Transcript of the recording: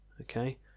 Okay